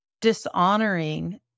dishonoring